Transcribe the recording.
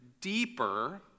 deeper